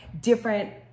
different